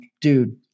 dude